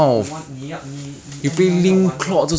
you want 你要你你 M_L 要玩玩